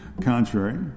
contrary